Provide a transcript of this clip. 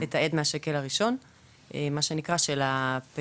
לתעד מהשקל הראשון של הפעולה.